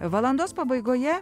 valandos pabaigoje